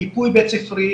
מיפוי בית ספרי,